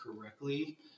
correctly